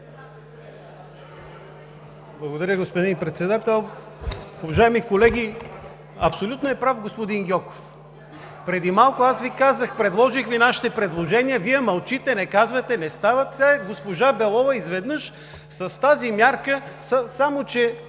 Благодаря, господин Председател. Уважаеми колеги, абсолютно е прав господин Гьоков. Преди малко Ви казах нашите предложения – Вие мълчите, не казвате: „не стават“. А госпожа Белова изведнъж с тази мярка… Аз искам